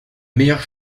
meilleure